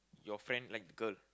your friend like the girl